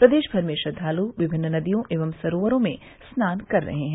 प्रदेश भर में श्रद्वालु विभिन्न नदियों एवं सरोवरो में स्नान कर रहे हैं